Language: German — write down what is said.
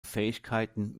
fähigkeiten